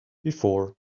before